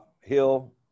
Hill